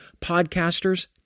podcasters